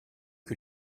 que